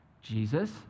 Jesus